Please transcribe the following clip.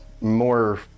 more